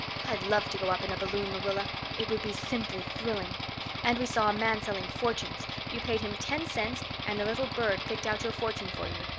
i'd love to go up in a balloon, marilla it would be simply thrilling and we saw a man selling fortunes. you paid him ten cents and a little bird picked out your fortune for you.